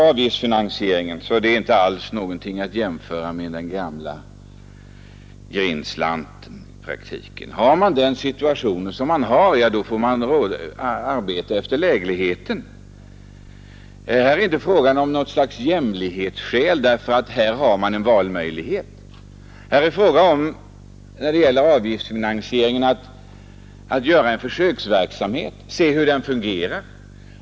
Avgiftsfinansieringen är inte alls att jämföra med den gamla grindslanten. Har man den situation som man har, då får man arbeta efter lägligheten. Här är det inte fråga om ensidig jämlikhet, därför att här har man en valmöjlighet. När det gäller avgiftsfinansieringen är det fråga om att bedriva en försöksverksamhet och se hur den fungerar.